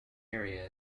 area